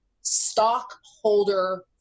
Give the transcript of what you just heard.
stockholder